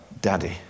Daddy